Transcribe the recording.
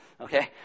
Okay